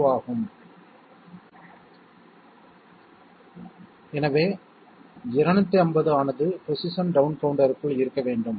02 ஆகும் எனவே 250 ஆனது பொசிஷன் டவுன் கவுண்டருக்குள் இருக்க வேண்டும்